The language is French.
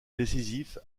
décisif